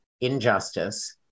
injustice